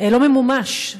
לא ממומש.